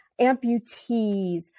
amputees